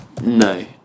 No